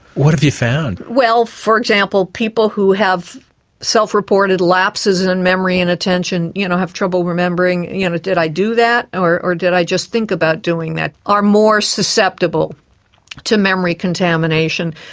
what have you found? well, for example, people who have self-reported lapses in and memory and attention you know have trouble remembering you know, did i do that or or did i just think about doing that are more susceptible to memory contamination.